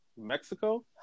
Mexico